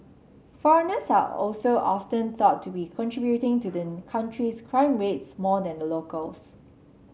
foreigners are also often thought to be contributing to the country's crime rates more than the locals